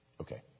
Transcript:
Okay